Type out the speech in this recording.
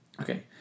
Okay